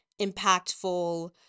impactful